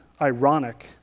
ironic